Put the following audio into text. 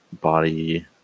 body